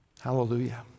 Hallelujah